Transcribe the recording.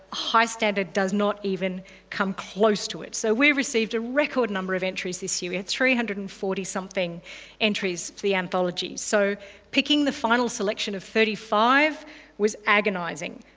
high standard does not even come close to it. so we received a record number of entries this year, we had three hundred and forty something entries for the anthology. so picking the final selection of thirty five was agonising,